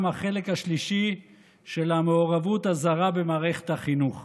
החלק השלישי של המעורבות הזרה במערכת החינוך.